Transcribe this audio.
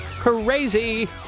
Crazy